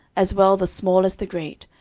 as well the small as the great,